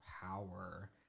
power